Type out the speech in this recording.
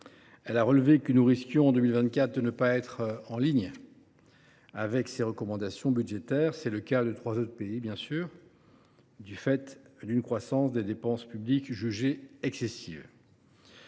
Elle a relevé que nous risquions, en 2024, de ne pas être en ligne avec ses recommandations budgétaires. Trois autres pays sont dans le même cas, du fait d’une croissance des dépenses publiques jugée excessive.